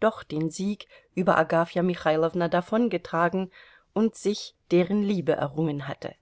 doch den sieg über agafja michailowna davongetragen und sich deren liebe errungen hatte